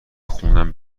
خونم